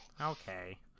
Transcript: Okay